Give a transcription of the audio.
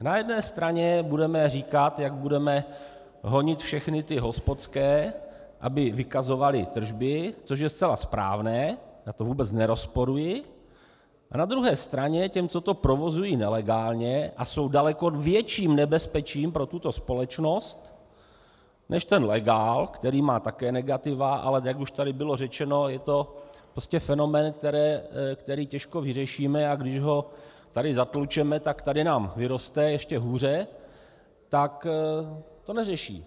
Na jedné straně budeme říkat, jak budeme honit všechny hospodské, aby vykazovali tržby, což je zcela správné, já to vůbec nerozporuji, a na druhé straně těm, co to provozují nelegálně a jsou daleko větším nebezpečím pro tuto společnost než ten legál, který má také negativa, ale jak už tady bylo řečeno, je to prostě fenomén, který těžko vyřešíme, když ho tady zatlučeme, tak nám tady vyroste ještě hůře, tak to neřeší.